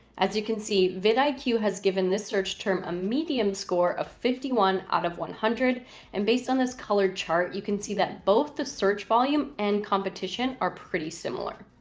as you can see, vid like iq has given this search term a medium score of fifty one out of one hundred and based on this colored chart you can see that both the search volume and competition are pretty similar.